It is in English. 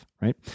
right